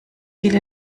viele